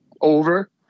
over